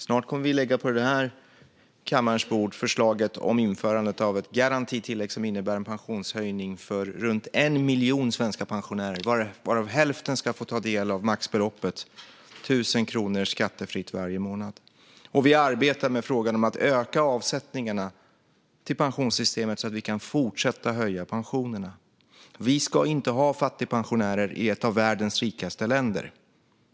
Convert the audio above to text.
Snart kommer vi att på denna kammares bord lägga ett förslag om införandet av ett garantitillägg som innebär en pensionshöjning för runt 1 miljon svenska pensionärer, varav hälften ska få ta del av maxbeloppet, 1 000 kronor skattefritt varje månad. Vi arbetar också med frågan om att öka avsättningarna till pensionssystemet så att vi kan fortsätta att höja pensionerna. Vi ska inte ha fattigpensionärer i ett av världens rikaste länder.